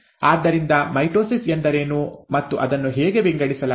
ಆದ್ದರಿಂದ ಮೈಟೊಸಿಸ್ ಎಂದರೇನು ಮತ್ತು ಅದನ್ನು ಹೇಗೆ ವಿಂಗಡಿಸಲಾಗಿದೆ